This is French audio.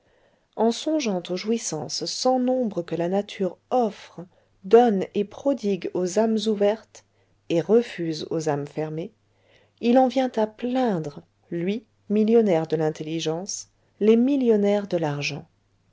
en songeant aux jouissances sans nombre que la nature offre donne et prodigue aux âmes ouvertes et refuse aux âmes fermées il en vient à plaindre lui millionnaire de l'intelligence les millionnaires de l'argent